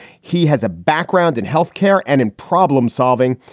he has a background in health care and in problem solving.